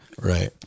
Right